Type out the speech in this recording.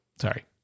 Sorry